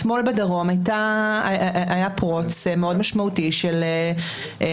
אתמול בדרום הייתה פריצה מאוד משמעותית של חקירה.